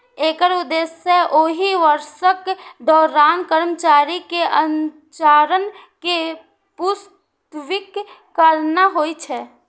एकर उद्देश्य ओहि वर्षक दौरान कर्मचारी के आचरण कें पुरस्कृत करना होइ छै